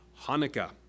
Hanukkah